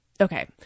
okay